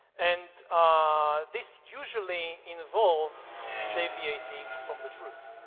and this usually involves deviating from the truth.